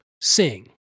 sing